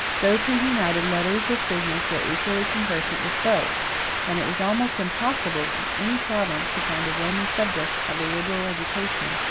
those who united letters with business were equally conversant with both and it was almost impossible, in any province, to find a roman subject, of a liberal education,